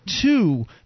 two